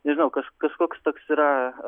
nežinau kaž kažkoks toks yra